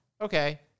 Okay